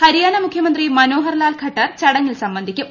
ഹരിയാന മുഖ്യമന്ത്രി മനോഹർ ലാൽ ഖട്ടർ ചടങ്ങിൽ സംബന്ധിക്കും